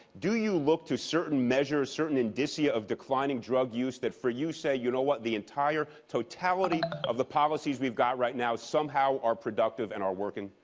do you look to certain measures, certain indicia of declining drug use that, for you, say you know what, the entire totality of the policies we've got right now somehow are productive and are working